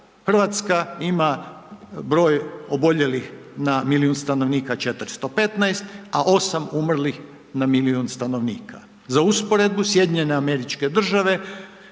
Hrvatska ima broj oboljelih na milijun stanovnika 415, a 8 umrlih na milijun stanovnika. Za usporedbu, SAD 1854 bolesnika na